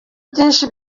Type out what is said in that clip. byinshi